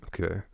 Okay